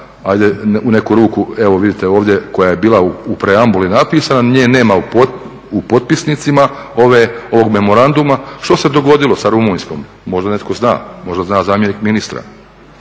ajde u neku ruku evo vidite ovdje koja je bila u preambuli napisana, nje nema u potpisnicama ovog memoranduma. Što se dogodilo sa Rumunjskom, možda netko zna, možda zna zamjenik ministra.